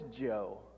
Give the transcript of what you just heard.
Joe